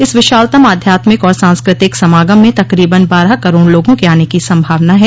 इस विशालतम आध्यात्मिक और सांस्कृतिक समागम में तकरीबन बारह करोड़ लोगों के आने की संभावना है